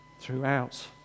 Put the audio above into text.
throughout